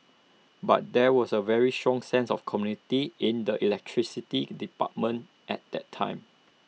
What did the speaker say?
but there was A very strong sense of community in the electricity department at that time